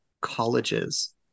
colleges